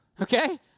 okay